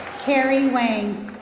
carrie wayne.